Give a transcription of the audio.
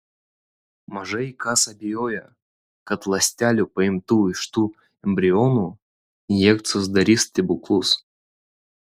mažai kas abejoja kad ląstelių paimtų iš tų embrionų injekcijos darys stebuklus